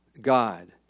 God